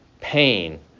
pain